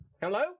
Hello